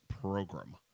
program